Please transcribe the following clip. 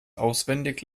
auswendig